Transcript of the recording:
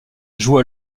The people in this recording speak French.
joue